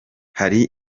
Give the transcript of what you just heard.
hari